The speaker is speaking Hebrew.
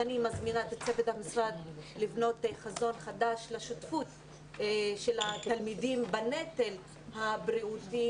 אני מזמינה את צוות המשרד לבנות חזון חדש לשותפות התלמידים בנטל הבריאותי